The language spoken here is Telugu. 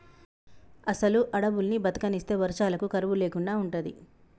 అసలు అడువుల్ని బతకనిస్తే వర్షాలకు కరువు లేకుండా ఉంటది